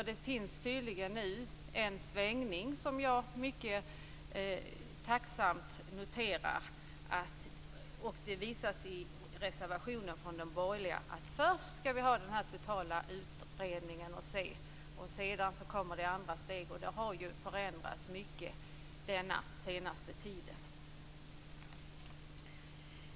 Det finns tydligen nu en svängning som jag mycket tacksamt noterar. Det visas i en reservation från de borgerliga att först skall vi ha en total utredning, och sedan kommer det andra steg. Det har ju förändrats mycket den senaste tiden.